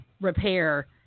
repair